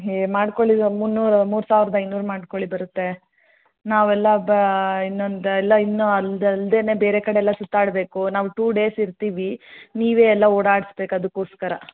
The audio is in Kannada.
ಹೇ ಮಾಡಿಕೊಳ್ಳಿ ಮುನ್ನೂರು ಮೂರು ಸಾವಿರದ ಐನೂರು ಮಾಡಿಕ್ಕೊಳ್ಳಿ ಬರುತ್ತೆ ನಾವೆಲ್ಲ ಬಾ ಇನ್ನೊಂದೆಲ್ಲ ಇನ್ನು ಅದು ಅಲ್ಲದೆನೆ ಬೇರೆ ಕಡೆ ಎಲ್ಲ ಸುತಾಡಬೇಕು ನಾವು ಟು ಡೇಸ್ ಇರ್ತೀವಿ ನೀವೇ ಎಲ್ಲ ಓಡಾಸ್ಬೇಕು ಅದಕ್ಕೋಸ್ಕರ